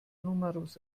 numerus